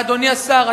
אדוני השר,